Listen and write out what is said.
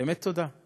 באמת תודה.